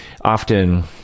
often